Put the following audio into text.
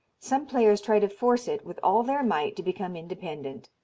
some players try to force it with all their might to become independent.